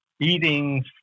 eating